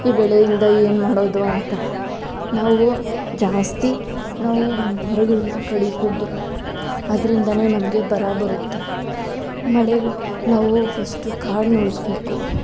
ಈ ಬೆಳೆಯಿಂದ ಏನು ಮಾಡೋದು ಅಂತ ನಾವು ಜಾಸ್ತಿ ನಾವು ಮರಗಳ್ನ ಕಡಿ ಕೂಡದು ಅದ್ರಿಂದಲೇ ನಮಗೆ ಬರ ಬರುತ್ತೆ ಮಳೆಗಾ ನಾವು ಫಸ್ಟು ಕಾಡನ್ನ ಉಳಿಸ್ಬೇಕು